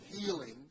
healing